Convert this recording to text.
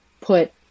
put